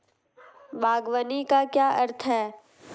बागवानी का क्या अर्थ है?